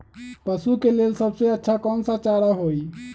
पशु के लेल सबसे अच्छा कौन सा चारा होई?